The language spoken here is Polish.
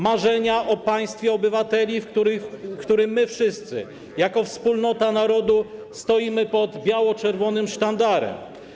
Marzenia o państwie obywateli, w którym my wszyscy jako wspólnota narodu stoimy pod biało-czerwonym sztandarem.